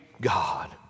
God